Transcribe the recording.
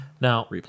Now